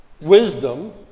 wisdom